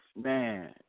Man